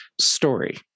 story